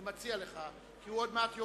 אני מציע לך, כי הוא עוד מעט יורד.